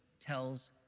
tells